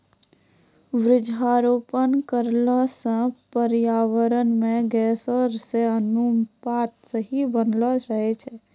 वृक्षारोपण करला से पर्यावरण मे गैसो रो अनुपात सही बनलो रहै छै